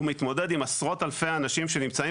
הוא מתמודד עם עשרות אלפי אנשים שנמצאים